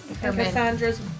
Cassandra's